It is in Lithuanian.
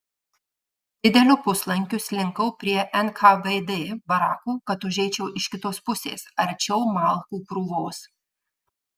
dideliu puslankiu slinkau prie nkvd barakų kad užeičiau iš kitos pusės arčiau malkų krūvos